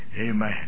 Amen